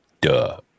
duh